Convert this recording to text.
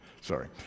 Sorry